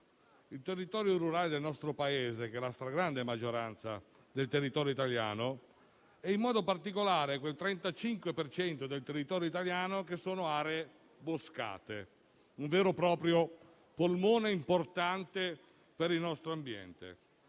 il territorio rurale del nostro Paese, la stragrande maggioranza del territorio italiano e, in modo particolare, quel 35 per cento del territorio italiano costituito da aree boscate, un vero e proprio polmone importante per il nostro ambiente.